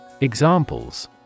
Examples